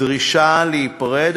דרישה להיפרד,